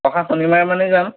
অহা শনিবাৰে মানে যাম